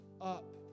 up